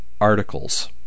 articles